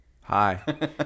Hi